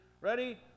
Ready